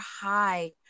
high